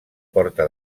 porta